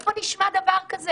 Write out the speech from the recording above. איפה נשמע דבר כזה